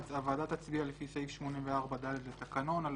הוועדה תצביע לפי סעיף 84(ד) לתקנון,